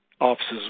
offices